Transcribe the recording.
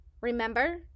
remember